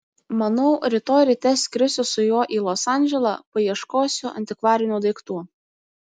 manau rytoj ryte skrisiu su juo į los andželą paieškosiu antikvarinių daiktų